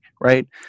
right